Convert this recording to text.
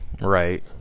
Right